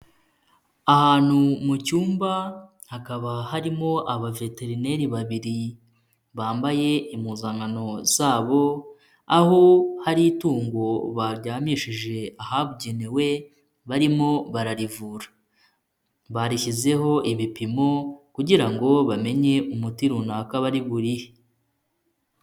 Ahantu mu cyumba hakaba harimo abaveterineri babiri bambaye impuzankano zabo, aho hari itungo baryamishije ahabugenewe barimo bararivura. Barishyizeho ibipimo kugira ngo bamenye umuti runaka bari burihe.